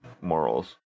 morals